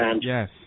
Yes